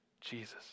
Jesus